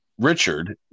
Richard